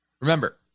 Remember